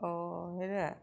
অঁ হেৰা